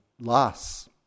loss